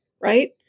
right